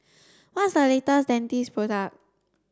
what's the latest Dentiste product